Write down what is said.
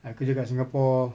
I kerja kat singapore